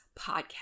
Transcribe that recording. podcast